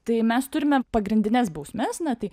tai mes turime pagrindines bausmes na tai